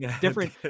Different